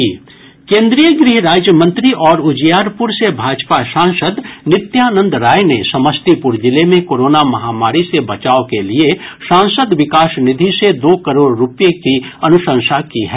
केन्द्रीय गृह राज्य मंत्री और उजियारपुर से भाजपा सांसद नित्यानंद राय ने समस्तीपुर जिले मे कोरोना महामारी से बचाव के लिए सांसद विकास निधि से दो करोड़ रूपये की अनुशंसा की है